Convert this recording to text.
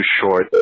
short